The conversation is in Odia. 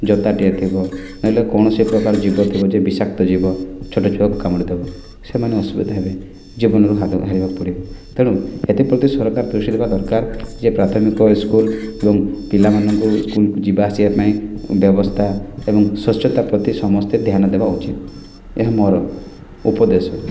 ଜତାଟିଆ ଥିବ ନହେଲେ କୌଣସି ପ୍ରକାର ଜୀବ ଥିବ ଯିଏ ବିଷାକ୍ତ ଜୀବ ଛୋଟ ଛୁଆକୁ କାମୁଡ଼ି ଦେବ ସେମାନେ ଅସୁବିଧା ହେବେ ଜୀବନ ହାରିବାକୁ ପଡ଼ିବ ତେଣୁ ଏଥିପ୍ରତି ସରକାର ଦୃଷ୍ଟି ଦେବା ଦରକାର ଯେ ପ୍ରାଥମିକ ସ୍କୁଲ୍ ଏବଂ ପିଲାମାନଙ୍କୁ ଯିବା ଆସିବା ପାଇଁ ବ୍ୟବସ୍ଥା ଏବଂ ସ୍ୱଚ୍ଛତା ପ୍ରତି ସମସ୍ତେ ଧ୍ୟାନ ଦେବା ଉଚିତ ଏହା ମୋର ଉପଦେଶ